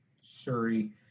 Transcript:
Surrey